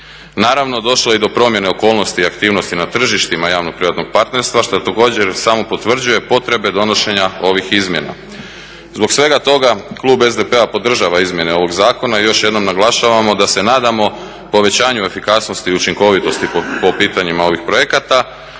Naravno, došlo je i do promjene okolnosti aktivnosti na tržištima javno-privatnog partnerstva što također samo potvrđuje potrebe donošenja ovih izmjena. Zbog svega toga klub SDP-a podržava izmjene ovog zakona i još jednom naglašavamo da se nadamo povećanju efikasnosti i učinkovitosti po pitanjima ovih projekata.